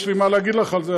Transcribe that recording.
יש לי מה להגיד לך על זה,